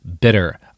Bitter